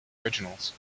originals